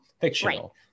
fictional